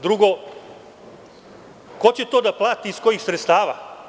Drugo, ko će to da plati i iz kojih sredstava?